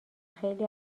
خیلی